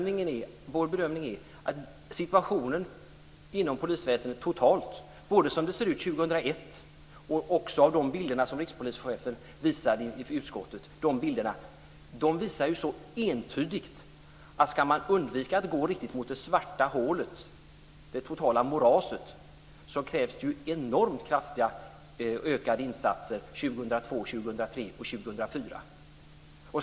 Nu ser situationen inom polisväsendet totalt ut som den gör 2001. De bilder som rikspolischefen visade i utskottet visar också entydigt att om man ska undvika att gå mot det svarta hålet - det totala moraset - så krävs det enormt kraftigt ökade insatser 2002, 2003 och 2004. Det är också vår bedömning.